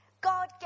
God